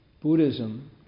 Buddhism